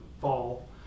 fall